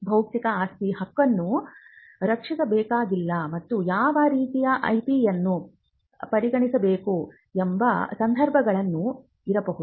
ಬೌದ್ಧಿಕ ಆಸ್ತಿ ಹಕ್ಕನ್ನು ರಕ್ಷಿಸಬೇಕಾಗಿಲ್ಲ ಮತ್ತು ಯಾವ ರೀತಿಯ IP ಯನ್ನು ಪರಿಗಣಿಸಬೇಕು ಎಂಬ ಸಂದರ್ಭಗಳು ಇರಬಹುದು